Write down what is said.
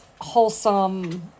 wholesome